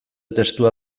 testua